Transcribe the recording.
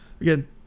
again